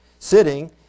...sitting